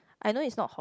I know it's not Hokk~